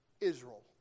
Israel